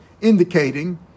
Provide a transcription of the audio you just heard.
indicating